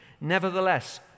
Nevertheless